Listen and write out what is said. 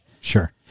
Sure